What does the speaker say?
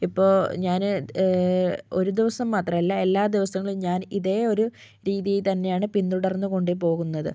ഇപ്പോൾ ഞാൻ ഒരു ദിവസം മാത്രമല്ല എല്ലാ ദിവസങ്ങളിലും ഞാൻ ഇതേ ഒരു രീതീ തന്നെയാണ് പിന്തുടർന്ന് കൊണ്ട് പോകുന്നത്